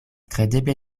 kredeble